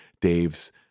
Dave's